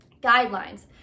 guidelines